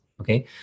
okay